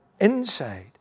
inside